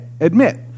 admit